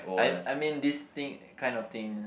I I mean this thing kind of thing